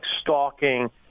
stalking